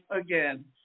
again